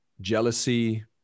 jealousy